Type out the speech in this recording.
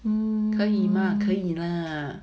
可以吗可以 lah